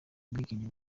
ubwigenge